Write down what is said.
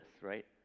right